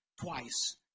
twice